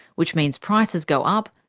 which means prices go up,